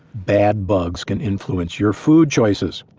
bad bugs can influence your food choices,